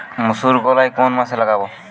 মুসুরকলাই কোন মাসে লাগাব?